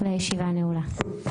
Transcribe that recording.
הישיבה נעולה.